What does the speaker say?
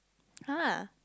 !huh!